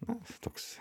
na toks